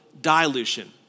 dilution